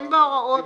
אין נמנעים,